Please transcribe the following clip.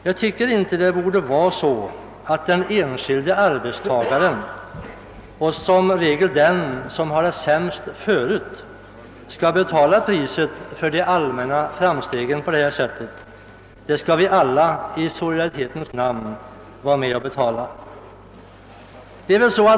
Jag tycker inte det bör vara så att den enskilde arbetstagaren, och i regel den som har det sämst, skall betala priset för de allmänna framstegen på detta sätt. Nej, vi skall alla i solidaritetens namn vara med och betala.